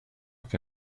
que